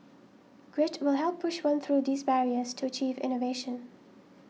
grit will help push one through these barriers to achieve innovation